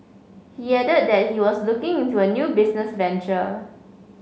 he added that he was looking into a new business venture